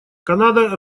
канада